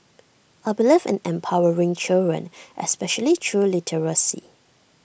I believe in empowering children especially through literacy